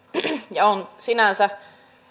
on sinänsä